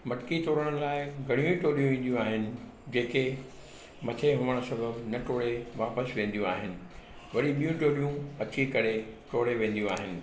मटिकी टोड़ण लाइ घणियूं ई टोलियु ईंदियूं आहिनि जेके मथे हुअणु सबबु न टोड़े वापसि वेंदियूं आहिनि वरी ॿियूं टोलियूं अची करे टोड़े वेंदियूं आहिनि